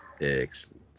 excellent